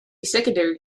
secondary